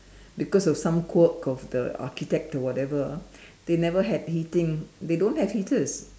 because of some quirk of the architect or whatever ah they never have heating they don't have heaters